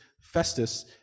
Festus